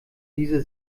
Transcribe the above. diese